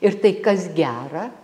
ir tai kas gera